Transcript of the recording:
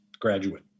graduate